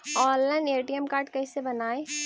Online ATM card कैसे बनाई?